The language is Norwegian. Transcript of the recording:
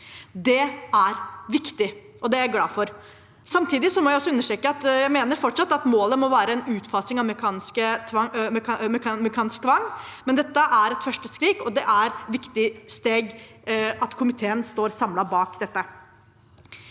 Det er viktig, og det er jeg glad for. Samtidig må jeg også understreke at jeg fortsatt mener at målet må være en utfasing av mekaniske tvangsmidler, men dette er et første skritt, og det er et viktig steg at komiteen står samlet bak dette.